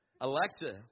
Alexa